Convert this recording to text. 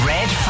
Red